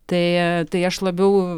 tai tai aš labiau